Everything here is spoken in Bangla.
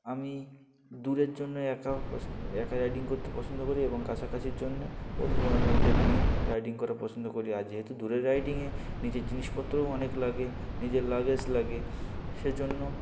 আমি দূরের জন্য একা পছ একা রাইডিং করতে পছন্দ করি এবং কাছাকাছির জন্যে বন্ধুবান্ধবদের নিয়ে রাইডিং করা পছন্দ করি আর যেহেতু দূরের রাইডিংয়ে নিজের জিনিসপত্রও অনেক লাগে নিজের লাগেজ লাগে সেজন্য